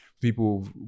People